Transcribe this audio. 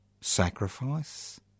sacrifice